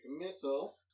Missile